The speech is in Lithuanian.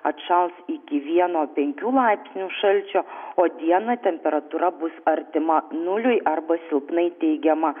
atšals iki vieno penkių laipsnių šalčio o dieną temperatūra bus artima nuliui arba silpnai teigiama